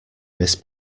miss